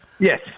Yes